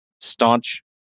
staunch